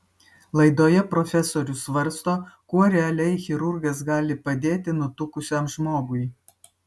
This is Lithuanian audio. laidoje profesorius svarsto kuo realiai chirurgas gali padėti nutukusiam žmogui